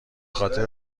خاطر